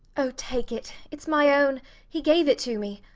oh, take it. it's my own he gave it to me.